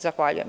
Zahvaljujem.